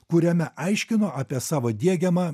kuriame aiškino apie savo diegiamą